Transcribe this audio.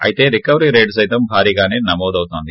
అయితే recovery rate సైతం భారీగాసే నమోదవుతుంది